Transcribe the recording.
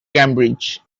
cambridge